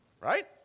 right